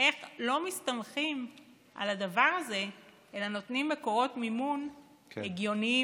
איך לא מסתמכים על הדבר הזה אלא נותנים מקורות מימון הגיוניים,